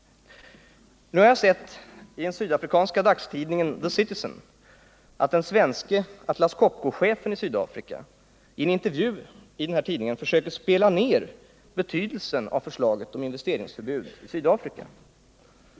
Nu har jag i den sydafrikanska dagstidningen The Citizen sett att den svenske Atlas Copco-chefen i Sydafrika i en intervju försöker tona ned betydelsen av förslaget om investeringsförbud i Sydafrika.